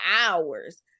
hours